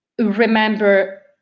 remember